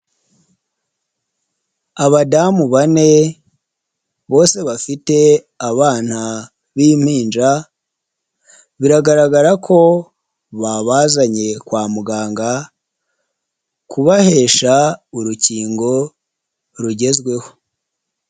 Abadamu bane bose bafite abana b'impinja biragaragara ko babazanye kwa muganga kubahesha urukingo rugezweho.